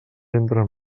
entren